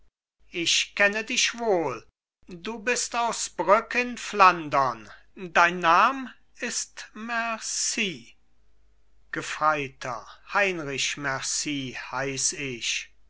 dich wohl du bist aus brügg in flandern dein nam ist mercy gefreiter heinrich mercy heiß ich